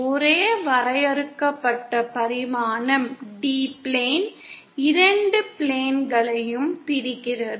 ஒரே வரையறுக்கப்பட்ட பரிமாணம் D பிளேன் இரண்டு பிளென்களையும் பிரிக்கிறது